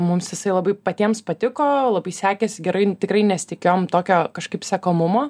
mums jisai labai patiems patiko labai sekėsi gerai tikrai nesitikėjom tokio sekamumo